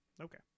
okay